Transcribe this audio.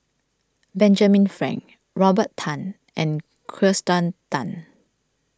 Benjamin Frank Robert Tan and Kirsten Tan